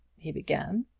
he began,